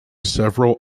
several